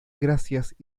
gracias